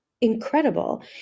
incredible